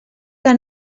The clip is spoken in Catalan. que